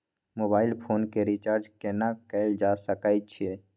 Mobile phone के recharge केना कैल जा सकै छै?